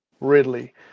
Ridley